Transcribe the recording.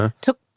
Took